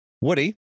Woody